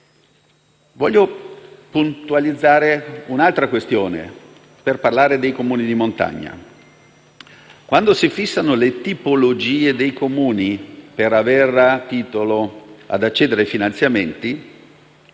Voglio puntualizzare un'altra questione per parlare dei Comuni di montagna: quando si fissano le tipologie dei Comuni per avere titolo ad accedere ai finanziamenti,